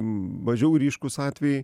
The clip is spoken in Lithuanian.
mažiau ryškūs atvejai